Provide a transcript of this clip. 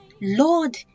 Lord